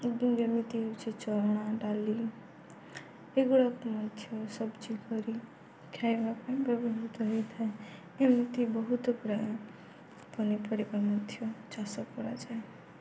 ଯେମିତି ହେଉଛି ଚଣା ଡାଲି ଏଗୁଡ଼ାକ ମଧ୍ୟ ସବଜି କରି ଖାଇବା ପାଇଁ ବ୍ୟବହୃତ ହେଇଥାଏ ଏମିତି ବହୁତ ପ୍ରାୟ ପନିପରିବା ମଧ୍ୟ ଚାଷ କରାଯାଏ